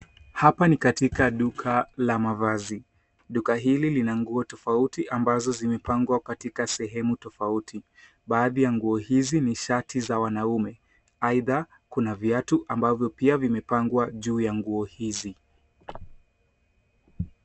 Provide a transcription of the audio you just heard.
Hapa ni katika duka la mavazi. Duka hili lina nguo tofauti ambazo zimepangwa katika sehemu tofauti. Baadhi ya nguo hizi ni shati za wanaume, aidha kuna viatu ambavyo pia vimepangwa juu ya nguzo hizi.